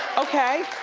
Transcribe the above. okay.